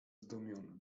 zdumiony